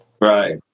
right